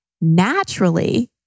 naturally